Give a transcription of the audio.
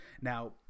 now